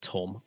Tom